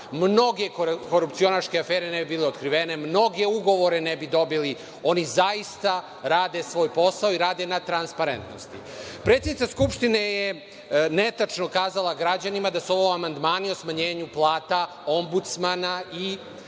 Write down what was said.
mnoge korupcionaške afere ne bi bile otkrivene, mnoge ugovore ne bi dobili. Oni zaista rade svoj posao i rade na transparentnosti. Predsednica Skupštine je netačno kazala građanima da su ovo amandmani o smanjenju plata Ombudsmana i